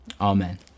amen